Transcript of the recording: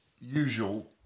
usual